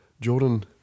Jordan